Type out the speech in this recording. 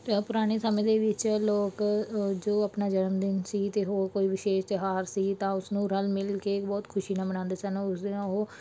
ਪੁਰਾਣੇ ਸਮੇਂ ਦੇ ਵਿੱਚ ਲੋਕ ਜੋ ਆਪਣਾ ਜਨਮਦਿਨ ਸੀ ਅਤੇ ਹੋਰ ਕੋਈ ਵਿਸ਼ੇਸ਼ ਤਿਉਹਾਰ ਸੀ ਤਾਂ ਉਸਨੂੰ ਰਲ ਮਿਲ ਕੇ ਬਹੁਤ ਖੁਸ਼ੀ ਨਾਲ ਮਨਾਉਂਦੇ ਸਨ ਉਸ ਦਿਨ ਉਹ